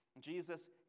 Jesus